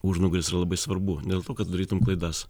užnugaris yra labai svarbu ne dėl to kad tu darytum klaidas